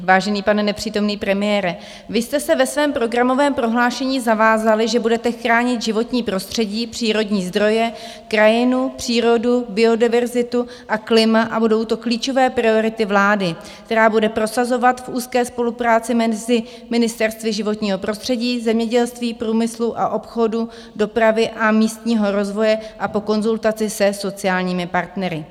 Vážený pane nepřítomný premiére, vy jste se ve svém programovém prohlášení zavázali, že budete chránit životní prostředí, přírodní zdroje, krajinu, přírodu, biodiverzitu a klima a budou to klíčové priority vlády, která je bude prosazovat v úzké spolupráci mezi ministerstvy životního prostředí, zemědělství, průmyslu a obchodu, dopravy a místního rozvoje a po konzultaci se sociálními partnery.